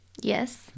Yes